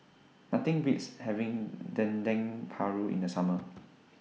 Nothing Beats having Dendeng Paru in The Summer